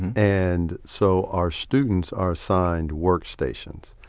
and and so our students are assigned work stations.